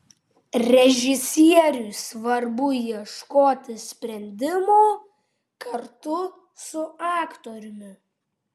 režisieriui svarbu ieškoti sprendimo kartu su aktoriumi